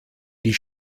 die